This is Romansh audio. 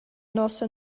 nossa